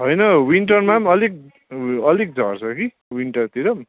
होइन विन्टरमा पनि अलिक अलिक झर्छ कि विन्टरतिर पनि